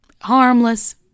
Harmless